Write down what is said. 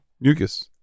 Mucus